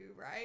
right